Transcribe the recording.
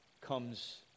comes